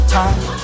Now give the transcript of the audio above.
time